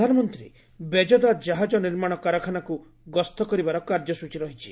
ପ୍ରଧାନମନ୍ତ୍ରୀ ବେଜଦା କାହାଜ ନିର୍ମାଣ କାରଖାନାକୁ ଗସ୍ତ କରିବାର କାର୍ଯ୍ୟସୂଚୀ ରହିଛି